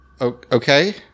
Okay